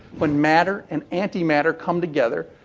when matter and anti-matter come together,